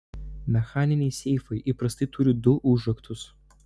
mechaniniai seifai įprastai turi du užraktus